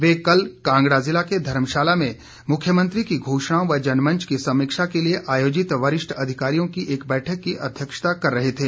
वे कल कांगड़ा जिला के धर्मशाला में मुख्यमंत्री की घोषणाओं व जनमंच की समीक्षा के लिये आयोजित वरिष्ठ अधिकारियों की एक बैठक की अध्यक्षता कर रहे थे